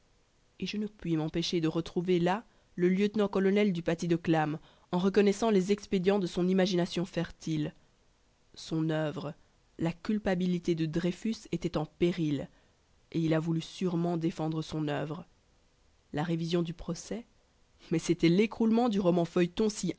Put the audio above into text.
et je ne puis m'empêcher de retrouver là le lieutenant-colonel du paty de clam en reconnaissant les expédients de son imagination fertile son oeuvre la culpabilité de dreyfus était en péril et il a voulu sûrement défendre son oeuvre la révision du procès mais c'était l'écroulement du roman feuilleton si